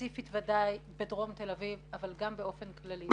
ספציפית ודאי בדרום תל אביב אבל גם באופן כללי.